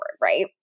Right